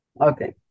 Okay